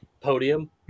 podium